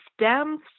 stems